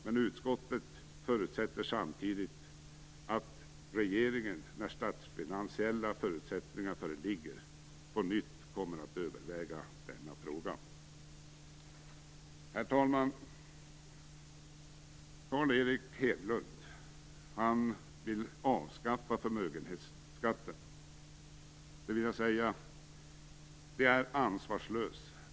Men utskottet förutsätter samtidigt att regeringen, när de statsfinansiella förutsättningarna föreligger, på nytt kommer att överväga denna fråga. Herr talman! Karl Erik Hedlund vill avskaffa förmögenhetsskatten. Det är, vill jag säga, ansvarslöst.